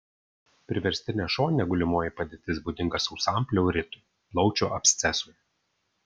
priverstinė šoninė gulimoji padėtis būdinga sausam pleuritui plaučių abscesui